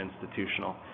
institutional